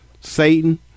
Satan